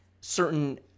certain